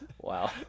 wow